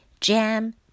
jam